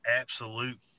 absolute